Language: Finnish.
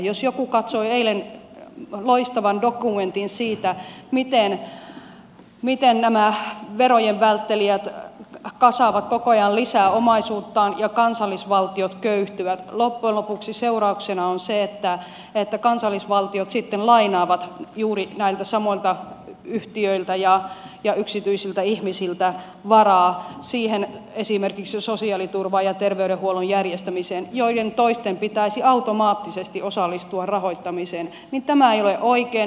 jos joku katsoi eilen loistavan dokumentin siitä miten nämä verojen välttelijät kasaavat koko ajan lisää omaisuuttaan ja kansallisvaltiot köyhtyvät niin loppujen lopuksi seurauksena on se että kansallisvaltiot sitten lainaavat juuri näiltä samoilta yhtiöiltä ja yksityisiltä ihmisiltä varoja esimerkiksi siihen sosiaaliturvaan ja terveydenhuollon järjestämiseen joiden rahoittamiseen toisten pitäisi automaattisesti osallistua ja tämä ei ole oikein